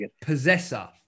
Possessor